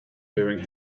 wearing